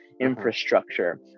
infrastructure